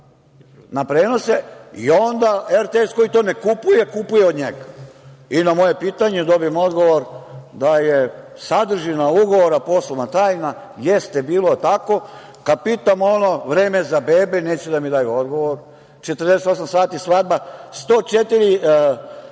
na prenose i onda RTS koji to ne kupuje kupuje od njega. Na moje pitanje dobijem odgovor da je sadržina ugovora poslovna tajna. Kada pitam ono "Vreme je za bebe", neće da mi daju odgovor. Takođe, "48 sati svadba" 104